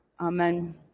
Amen